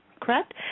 correct